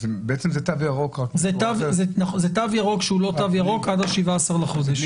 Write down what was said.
זה תו ירוק שהוא לא תו ירוק עד ה-17 לחודש.